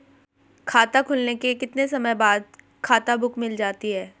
खाता खुलने के कितने समय बाद खाता बुक मिल जाती है?